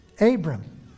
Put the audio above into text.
Abram